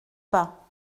pas